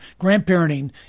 grandparenting